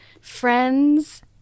Friends